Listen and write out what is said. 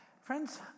Friends